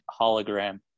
Hologram